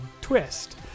twist